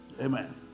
Amen